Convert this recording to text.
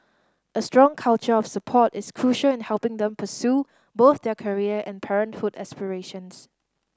a strong culture of support is crucial in helping them pursue both their career and parenthood aspirations